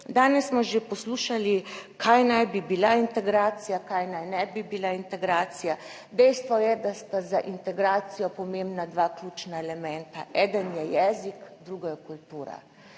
Danes smo že poslušali kaj naj bi bila integracija, kaj naj ne bi bila integracija. Dejstvo je, da sta za integracijo pomembna dva ključna elementa. Eden je jezik, drugo je kultura,